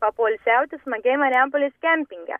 papoilsiauti smagiai marijampolės kempinge